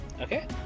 Okay